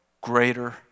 greater